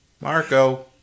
marco